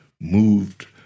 moved